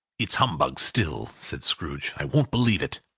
it's humbug still! said scrooge. i won't believe it.